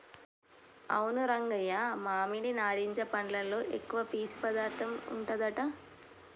అవును రంగయ్య మామిడి నారింజ పండ్లలో ఎక్కువ పీసు పదార్థం ఉంటదట